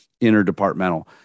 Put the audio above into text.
interdepartmental